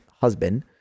husband